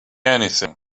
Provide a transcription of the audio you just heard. anything